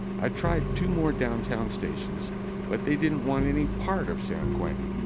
i tried two more downtown stations but they didn't want any part of san quentin.